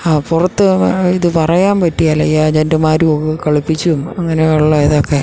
ആ പുറത്ത് ഇത് പറയാൻ പറ്റുകയില്ല ഏജൻ്റുമാരൊക്കെ കളിപ്പിച്ചും അങ്ങനെയുള്ള ഇതൊക്കെ